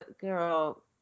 girl